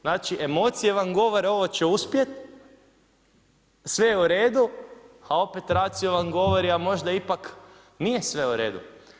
Znači emocije vam govore ovo će uspjeti, sve je u redu, a opet … vam govori, a možda ipak nije sve u redu.